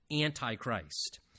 Antichrist